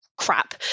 crap